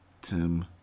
Tim